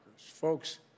folks